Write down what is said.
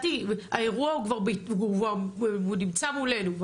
ונמצאות והאירוע נמצא מולנו.